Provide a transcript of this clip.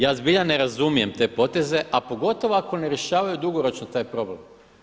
Ja zbilja ne razumijem te poteze a pogotovo ako ne rješavaju dugoročno taj problem.